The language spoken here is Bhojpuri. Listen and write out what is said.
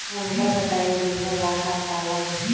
हमका बताई बीमा ला का का लागी?